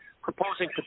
proposing